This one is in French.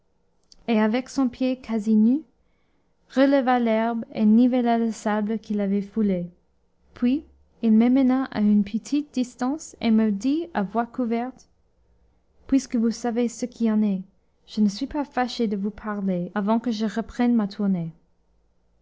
et avec son pied quasi nu releva l'herbe et nivela le sable qu'il avait foulés puis il m'emmena à une petite distance et me dit à voix couverte puisque vous savez ce qui en est je ne suis pas fâché de vous parler avant que je reprenne ma tournée